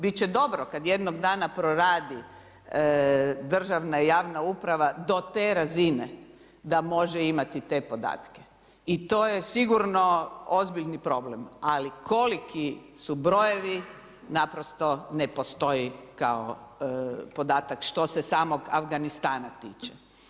Bit će dobro kad jednog dana proradi državna i javna uprava do te razine da može imati te podatke i to je sigurno ozbiljni problem ali koliki su brojevi, naprosto ne postoji kao podatak što se samog Afganistana tiče.